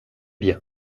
bien